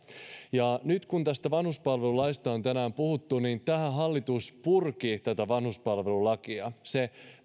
nyt kun tästä vanhuspalvelulaista on tänään puhuttu niin tämä hallitushan purki tätä vanhuspalvelulakia se